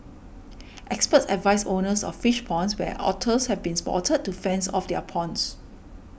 experts advise owners of fish ponds where otters have been spotted to fence off their ponds